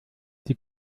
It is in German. die